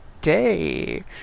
day